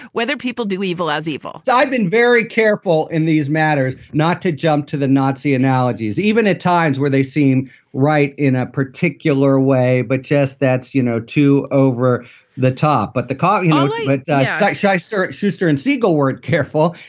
whether people do evil as evil so i've been very careful in these matters not to jump to the nazi analogies, even at times where they seem right in a particular way. but just that's, you know, too over the top. but the court and but that shyster schuster and ziegel weren't careful.